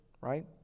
right